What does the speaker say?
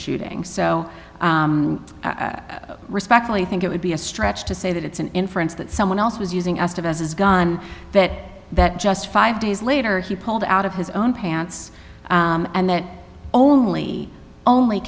shooting so i respectfully think it would be a stretch to say that it's an inference that someone else was using esteve as his gun that that just five days later he pulled out of his own pants and that only only